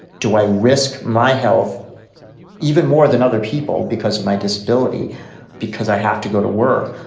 do i risk my health even more than other people because of my disability because i have to go to work?